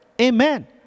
Amen